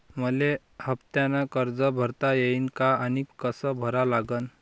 मले हफ्त्यानं कर्ज भरता येईन का आनी कस भरा लागन?